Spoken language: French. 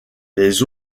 les